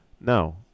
No